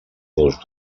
dos